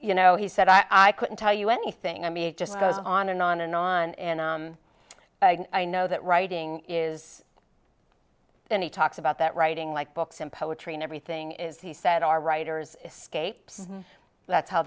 you know he said i couldn't tell you anything i mean it just goes on and on and on and i know that writing is and he talks about that writing like books and poetry and everything is he said are writers escape that's how